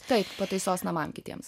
taip pataisos namam kitiems